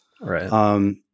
Right